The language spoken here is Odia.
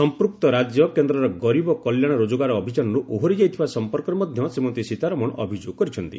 ସଂପୃକ୍ତ ରାଜ୍ୟ କେନ୍ଦ୍ରର ଗରିବ କଲ୍ୟାଣ ଯୋଜଗାର ଅଭିଯାନରୁ ଓହରି ଯାଇଥିବା ସଫପର୍କରେ ମଧ୍ୟ ଶ୍ରୀମତୀ ସୀତାରମଣ ଅଭିଯୋଗ କରିଛନ୍ତି